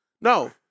No